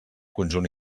conjunt